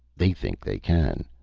they think they can.